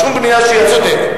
שום בנייה שיוצאת אין.